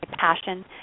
passion